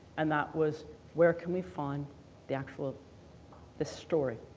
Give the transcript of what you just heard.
and that was where can we find the actual, this story,